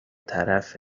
طرفت